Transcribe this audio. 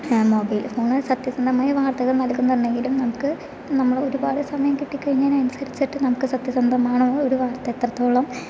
mobile ഫോണിൽ സത്യസന്ധമായ വാർത്തകൾ നടക്കുന്നുണ്ടെങ്കിലും നമുക്ക് നമ്മള് ഒരുപാട് സമയം കിട്ടിക്കഴിഞ്ഞാൽ അതിനനുസരിച്ചിട്ട് നമുക്ക് സത്യസന്ധമാണോ ഒരു വാർത്ത എത്രത്തോളം